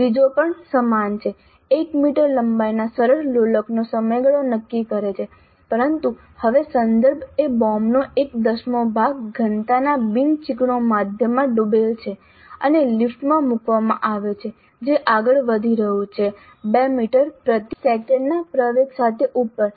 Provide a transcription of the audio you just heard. ત્રીજો પણ સમાન છે 1 મીટર લંબાઈના સરળ લોલકનો સમયગાળો નક્કી કરે છે પરંતુ હવે સંદર્ભ એ બોબનો એક દસમો ભાગ ઘનતાના બિન ચીકણો માધ્યમમાં ડૂબેલ છે અને લિફ્ટમાં મૂકવામાં આવે છે જે આગળ વધી રહી છે 2 મીટર પ્રતિ સેકંડના પ્રવેગ સાથે ઉપર